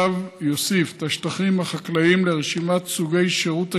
הצו יוסיף את השטחים החקלאיים לרשימת סוגי שירותי